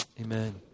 Amen